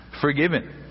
forgiven